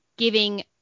giving